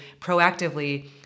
proactively